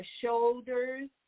shoulders